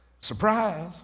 Surprise